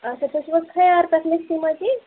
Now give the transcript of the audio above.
اَچھا تُہۍ چھُو حظ خیار پٮ۪ٹھ نٔسیٖما جی